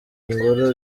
ngoro